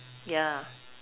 yeah